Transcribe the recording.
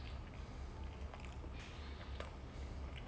err he lets like leaves jayden at right